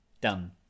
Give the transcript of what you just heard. Done